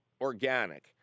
organic